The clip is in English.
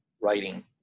writing